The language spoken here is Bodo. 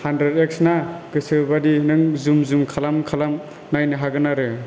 हानड्रेद एक्स ना गोसोबायदियैनो नों जुम जुम खालाम खालाम नायनो हागोन आरो